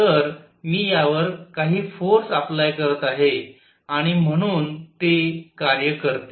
तर मी यावर काही फोर्स अप्लाय करत आहे आणि म्हणून ते कार्य करते